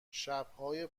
شبهای